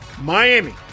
Miami